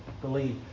believe